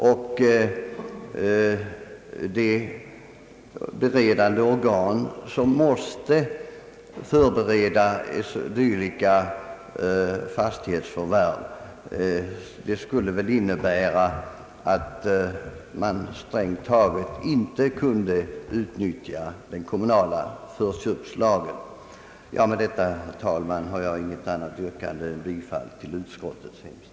Kommunens organ måste förbereda dylika fastighetsförvärv, och ett bifall till motionärernas förslag skulle väl innebära att kommunerna strängt taget inte kunde utnyttja den kommunala förköpslagen. Herr talman! Jag har inte något annat yrkande än om bifall till utskottets hemställan.